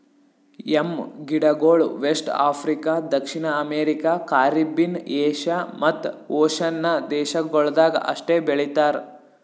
M ಗಿಡಗೊಳ್ West Africa, ದಕ್ಷಿಣ America, Caribbean, Asia ಮತ್ತ್ ಓಷನ್ನ ದೇಶಗೊಳ್ದಾಗ್ ಅಷ್ಟೆ ಬೆಳಿತಾರ್